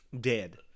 dead